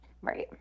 Right